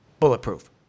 Bulletproof